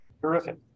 Terrific